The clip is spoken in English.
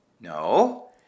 No